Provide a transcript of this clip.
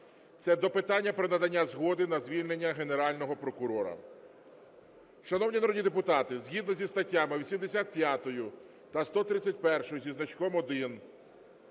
це до питання про надання згоди на звільнення Генерального прокурора. Шановні народні депутати, згідно зі статтями 85 та 131 зі значком 1